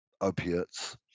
opiates